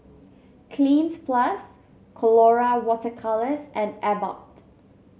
Cleanz Plus Colora Water Colours and Abbott